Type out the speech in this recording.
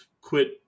quit